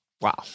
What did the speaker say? Wow